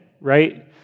right